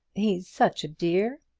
he's such a dear!